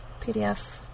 PDF